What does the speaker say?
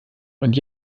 und